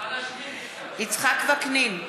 יצחק וקנין,